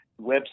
website